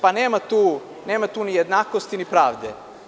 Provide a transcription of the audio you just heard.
Pa, nema tu ni jednakosti, ni pravde.